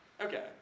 Okay